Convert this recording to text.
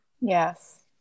Yes